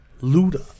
Luda